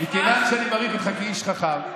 מכיוון שאני מעריך אותך כאיש חכם,